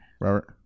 Robert